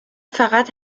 فقط